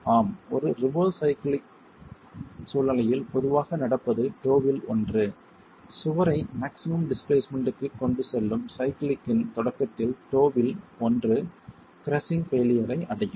ஆம் ஒரு reverse cyclic சூழ்நிலையில் பொதுவாக நடப்பது டோ வில் ஒன்று சுவரை மாக்ஸிமம் டிஸ்பிளேஸ்மென்ட்க்கு கொண்டு செல்லும் சைக்ளிக்யின் தொடக்கத்தில் டோ வில் ஒன்று கிரஸ்ஸிங் பெய்லியர் ஐ அடையும்